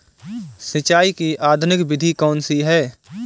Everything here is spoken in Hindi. सिंचाई की आधुनिक विधि कौनसी हैं?